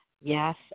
Yes